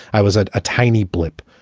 i was at a tiny blip,